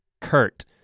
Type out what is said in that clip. Kurt